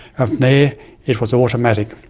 ah there it was automatic.